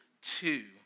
two